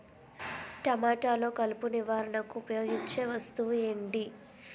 టమాటాలో కలుపు నివారణకు ఉపయోగించే వస్తువు ఏంటి?